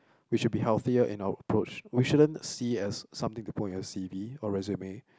we should be healthier in our approach we shouldn't see as something depoint at C_V or resume